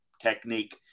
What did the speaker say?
technique